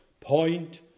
point